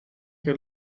que